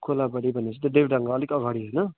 कोलाबारी भनेपछि त देविडाँगाको अलिकति अगाडि होइन